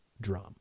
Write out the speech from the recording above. drum